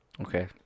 Okay